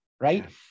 right